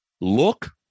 look